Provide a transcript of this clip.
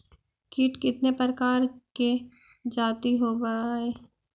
कीट कीतने प्रकार के जाती होबहय?